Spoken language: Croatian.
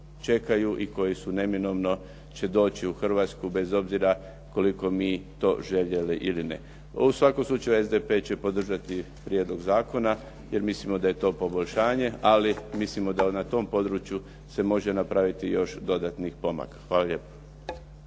i koje su neminovno će doći u Hrvatsku bez obzira koliko mi to željeli ili ne. U svakom slučaju SDP će podržati prijedlog zakona, jer mislimo da je to poboljšanje, ali mislimo da na tom području se može napraviti još dodatnih pomaka. Hvala lijepo.